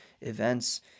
events